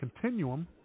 Continuum